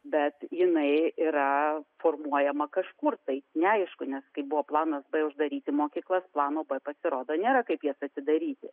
bet jinai yra formuojama kažkur tai neaišku nes kaip buvo planas b uždaryti mokyklas plano pasirodo nėra kaip jas atidaryti